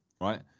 right